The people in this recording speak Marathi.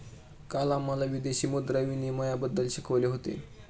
काल आम्हाला विदेशी मुद्रा विनिमयबद्दल शिकवले होते